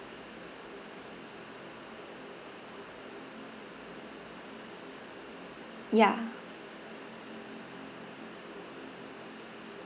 ya